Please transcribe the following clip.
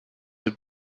have